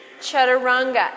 chaturanga